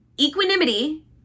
Equanimity